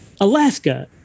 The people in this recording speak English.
Alaska